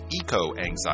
eco-anxiety